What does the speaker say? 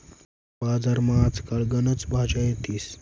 बजारमा आज काल गनच भाज्या येतीस